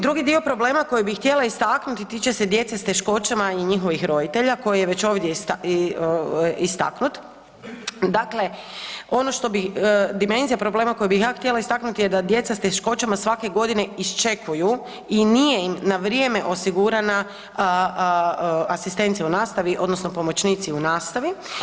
Drugi dio problema koji bih htjela istaknuti tiče se djece s teškoćama i njihovih roditelja koji je već ovdje istaknut, dakle dimenzija problema koji bi ja htjela istaknuti je da djeca sa teškoćama svake godine iščekuju i nije im na vrijeme osigurana asistencija u nastavi odnosno pomoćnici u nastavi.